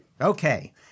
Okay